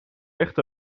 ligt